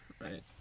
right